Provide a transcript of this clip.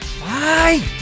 Bye